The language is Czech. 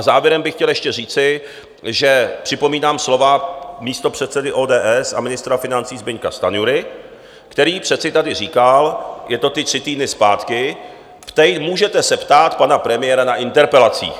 Závěrem bych chtěl ještě říci, že připomínám slova místopředsedy ODS a ministra financí Zbyňka Stanjury, který tady přece říkal, je to tři týdny zpátky: Můžete se ptát pana premiéra na interpelacích.